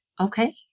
Okay